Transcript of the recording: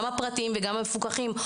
גם הפרטיים וגם המפוקחים.